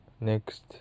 next